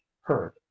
heard